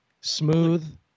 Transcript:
Smooth